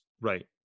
right